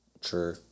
True